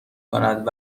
کند